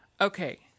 okay